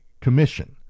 Commission